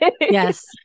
Yes